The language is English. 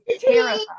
terrified